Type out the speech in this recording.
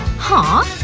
huh.